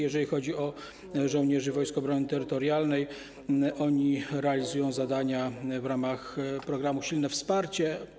Jeżeli chodzi o żołnierzy Wojsk Obrony Terytorialnej, realizują oni zadania w ramach programu „Silne wsparcie”